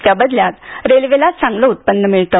त्या बदल्यात रेल्वेला चांगलं उत्पन्न मिळतं